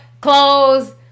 clothes